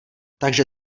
takže